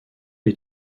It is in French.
est